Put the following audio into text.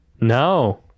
No